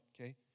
okay